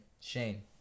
Shane